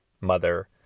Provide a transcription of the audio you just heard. mother